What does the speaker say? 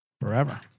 forever